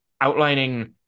outlining